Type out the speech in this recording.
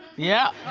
yeah.